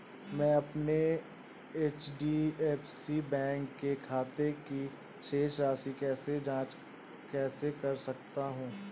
मैं अपने HDFC bank के खाते की शेष राशि की जाँच कैसे कर सकता हूँ?